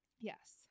Yes